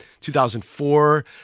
2004